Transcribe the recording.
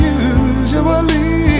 usually